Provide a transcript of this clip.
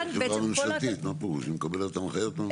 כאן --- זו חברה ממשלתית שמקבלת הנחיות מהממשלה.